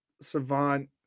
savant